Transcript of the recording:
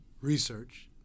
research